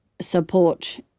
support